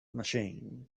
machine